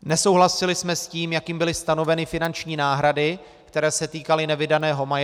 Nesouhlasili jsme s tím, jak byly stanoveny finanční náhrady, které se týkaly nevydaného majetku.